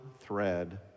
thread